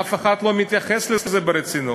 אף אחד לא מתייחס לזה ברצינות.